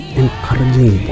encouraging